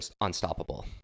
unstoppable